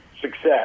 success